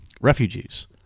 refugees